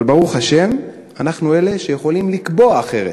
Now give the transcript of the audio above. אבל, ברוך השם, אנחנו יכולים לקבוע אחרת.